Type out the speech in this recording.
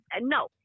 no